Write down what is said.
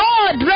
God